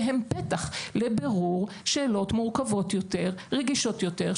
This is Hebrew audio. והן פתח לבירור שאלות מורכבות יותר ורגישות יותר,